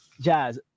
Jazz